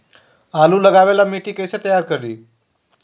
आलु लगावे ला मिट्टी कैसे तैयार करी?